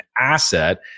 asset